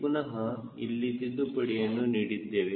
ಪುನಹ ಇಲ್ಲಿ ತಿದ್ದುಪಡಿಯನ್ನು ನೀಡಿದ್ದೇವೆ